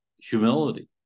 humility